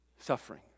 Suffering